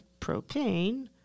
propane